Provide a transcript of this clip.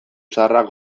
zaharrak